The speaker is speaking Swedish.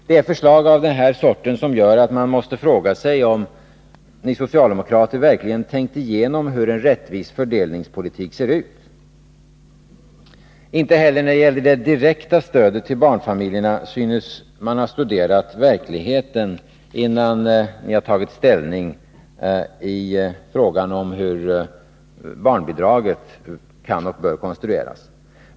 Det är förslag av den här sorten som gör att man måste fråga sig om ni socialdemokrater verkligen tänkt igenom hur en rättvis fördelningspolitik ser ut. Inte heller när det gäller det direkta stödet till barnfamiljerna synes man ha studerat verkligheten, innan man tagit ställning till hur barnbidraget kan och bör konstrueras.